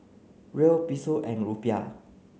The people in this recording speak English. Riel Peso and Rupiah